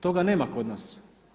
Toga nema kod nas.